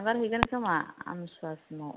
नागारहैगोन खोमा आमथिसुवा समाव